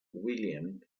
william